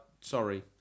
Sorry